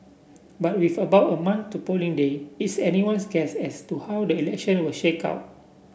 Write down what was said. but with about a month to polling day it's anyone's guess as to how the election will shake out